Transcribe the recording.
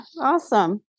awesome